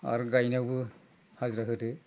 आरो गायनायावबो हाजिरा होदो